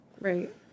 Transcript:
right